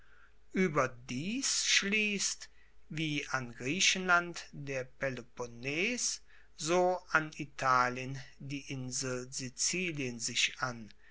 ueberdies schliesst wie an griechenland der peloponnes so an italien die insel sizilien sich an